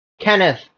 Kenneth